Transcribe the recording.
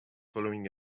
following